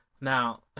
Now